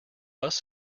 bus